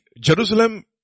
Jerusalem